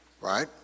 Right